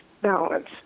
balance